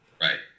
Right